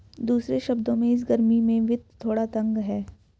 दूसरे शब्दों में, इस गर्मी में वित्त थोड़ा तंग है